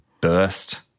burst